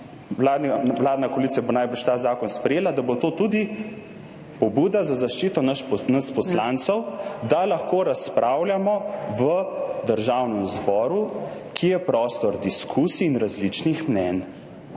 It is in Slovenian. vladna koalicija bo najbrž ta zakon sprejela – da bo to tudi pobuda za zaščito nas poslancev, da lahko razpravljamo v Državnem zboru, ki je prostor diskusij in različnih mnenj.